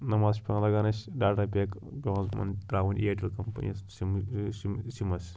نۄم حظ چھِ پیٚوان لَگان اسہِ ڈاٹا پیک پیٚوان ترٛاوٕنۍ اِیَرٹٮ۪ل کَمپٔنی سِم ٲں سِم سِمَس